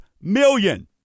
million